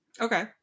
Okay